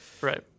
right